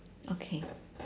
okay